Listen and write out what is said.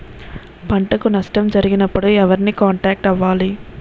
పంటకు నష్టం జరిగినప్పుడు ఎవరిని కాంటాక్ట్ అవ్వాలి?